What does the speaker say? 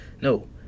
no